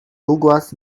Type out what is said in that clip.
douglas